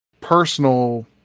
personal